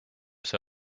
see